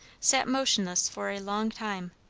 sat motionless for a long time.